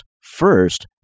first